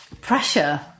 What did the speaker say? pressure